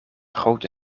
grote